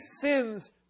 sins